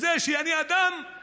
אני מעל ארדן בזה שאני אדם הגון,